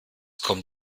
kommt